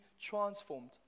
transformed